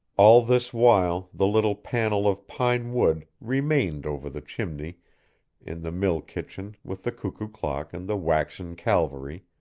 all this while the little panel of pine wood remained over the chimney in the mill-kitchen with the cuckoo clock and the waxen calvary,